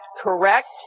correct